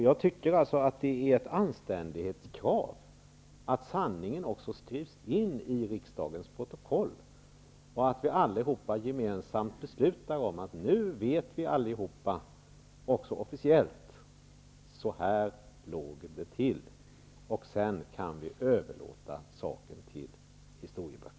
Jag tycker att det är ett anständighetskrav att sanningen skrivs in i riksdagens protokoll och att vi allihopa gemensamt beslutar att vi nu vet, också officiellt, att så här låg det till. Sedan kan vi överlämna den här saken till historieböckerna.